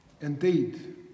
indeed